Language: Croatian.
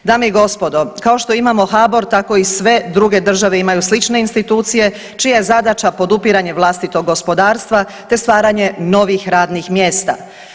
Dame i gospodo, kao što imamo HBOR, tako i sve druge države imaju slične institucije čija je zadaća podupiranje vlastitog gospodarstva te stvaranje novih radnih mjesta.